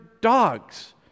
dogs